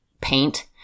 paint